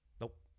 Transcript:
Nope